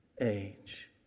age